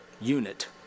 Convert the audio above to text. unit